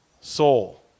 soul